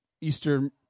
Easter